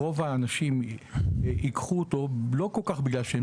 ורוב האנשים ייקחו אותו לא בגלל שהם